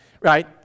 right